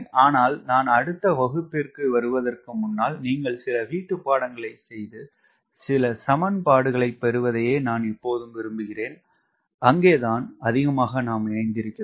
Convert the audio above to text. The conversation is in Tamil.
ஆனால் நான் அடுத்த வகுப்பிற்கு வருவதற்கு முன்னாள் நீங்கள் சில வீட்டு பாடங்களை செய்து சில சமன்பாடுகளை பெறுவதையே நான் எப்போதும் விரும்புகிறேன் அங்கே தான் அதிகமாக இணைந்திருந்தோம்